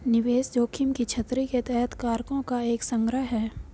निवेश जोखिम की छतरी के तहत कारकों का एक संग्रह है